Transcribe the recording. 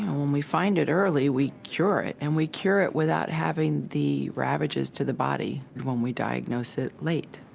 when we find it early, we cure it, and we cure it without having the ravages to the body and when we diagnose it late.